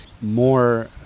more